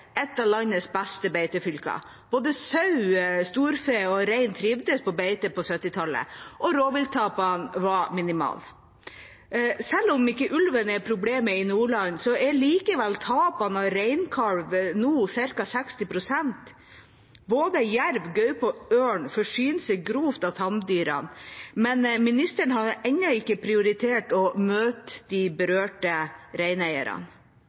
et av landets beste beitefylker. Både sau, storfe og rein trivdes på beite på 1970-tallet, og rovvilttapene var minimale. Selv om ulven ikke er problemet i Nordland, er likevel tapene av reinkalv nå ca. 60 pst. Både jerv, gaupe og ørn forsyner seg grovt av tamdyrene, men statsråden har ennå ikke prioritert å møte de berørte reineierne.